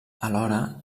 alhora